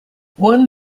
one